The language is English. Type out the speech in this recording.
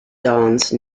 dance